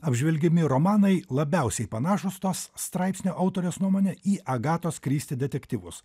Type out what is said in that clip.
apžvelgiami romanai labiausiai panašūs tos straipsnio autorės nuomone į agatos kristi detektyvus